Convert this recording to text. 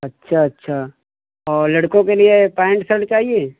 अच्छा अच्छा और लड़कों के लिए पैंट शर्ट चाहिए